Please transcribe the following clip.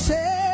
Say